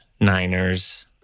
Niners